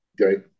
okay